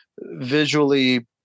visually